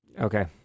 Okay